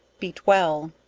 beat well.